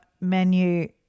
menu